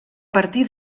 partir